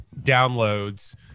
downloads